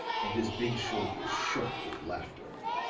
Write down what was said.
and his big shoulders shook with laughter.